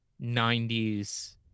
90s